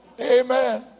Amen